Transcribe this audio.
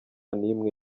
n’imwe